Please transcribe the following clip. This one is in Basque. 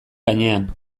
gainean